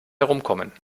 herumkommen